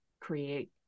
create